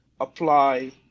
apply